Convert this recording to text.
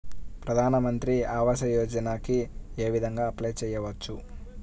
ప్రధాన మంత్రి ఆవాసయోజనకి ఏ విధంగా అప్లే చెయ్యవచ్చు?